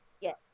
Yes